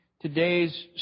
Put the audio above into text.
today's